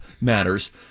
matters